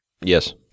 Yes